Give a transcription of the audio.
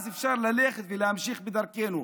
אז אפשר ללכת ולהמשיך בדרכנו.